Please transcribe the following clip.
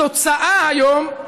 התוצאה היום,